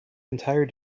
entire